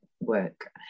work